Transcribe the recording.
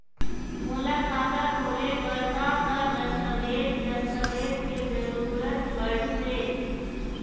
मोला खाता खोले बर का का दस्तावेज दस्तावेज के जरूरत पढ़ते?